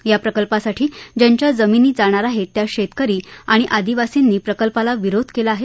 या प्रकल्पासाठी ज्यांच्या जमिनी जाणार आहेत त्या शेतकरी आणि आदिवासींनी प्रकल्पाला विरोध केला आहे